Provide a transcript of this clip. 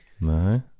No